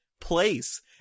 place